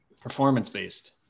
Performance-based